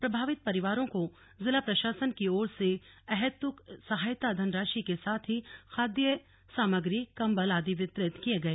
प्रभावित परिवारों को जिला प्रशासन की ओर से अहैतुक सहायता धनराशि के साथ ही खाद्य सामग्री कम्बल आदि वितरित किये गए